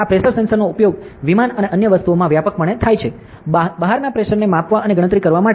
આ પ્રેશર સેન્સરનો ઉપયોગ વિમાન અને અન્ય વસ્તુઓમાં વ્યાપકપણે થાય છે બહારના પ્રેશરને માપવા અને ગણતરી કરવા માટે